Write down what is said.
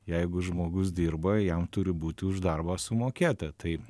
jeigu žmogus dirba jam turi būti už darbą sumokėta tai